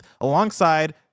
alongside